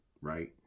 Right